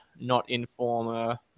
not-in-former